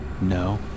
No